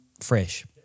fresh